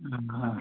ആ ആ